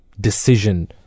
decision